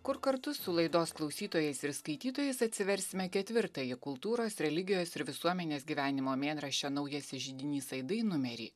kur kartu su laidos klausytojais ir skaitytojais atsiversime ketvirtąjį kultūros religijos ir visuomenės gyvenimo mėnraščio naujasis židinys aidai numerį